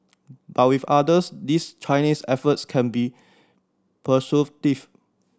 but with others these Chinese efforts can be persuasive